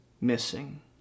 missing